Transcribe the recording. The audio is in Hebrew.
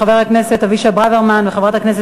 חבר הכנסת אבישי ברוורמן וחברת הכנסת